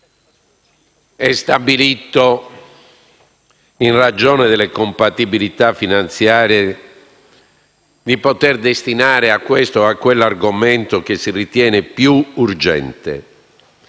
triennio, in ragione delle compatibilità finanziarie, si stabilisce di destinare a questo o a quell'argomento che si ritiene più urgente.